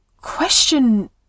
question